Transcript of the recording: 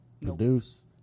produce